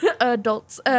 adults